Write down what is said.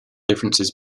differences